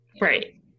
Right